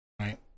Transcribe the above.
Right